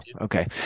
Okay